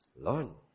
Learn